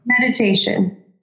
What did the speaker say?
Meditation